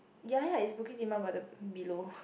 ya ya it's Bukit Timah but the below